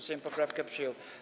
Sejm poprawkę przyjął.